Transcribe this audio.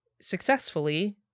successfully